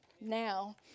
now